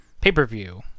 pay-per-view